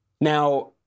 Now